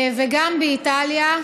וגם באיטליה.